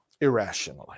irrationally